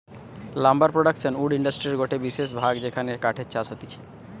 lumber production wood ইন্ডাস্ট্রির গটে বিশেষ ভাগ যেখানে কাঠের চাষ হতিছে